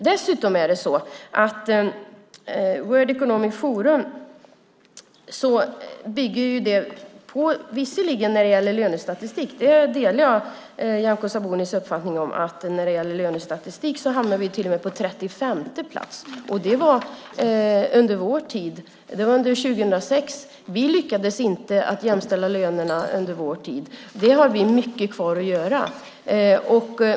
När det gäller World Economic Forum och lönestatistik delar jag Nyamko Sabunis uppfattning. Där hamnar vi till och med på 35:e plats. Det var under vår tid. Det var under 2006. Vi lyckades inte jämställa lönerna under vår tid. Där har vi mycket kvar att göra.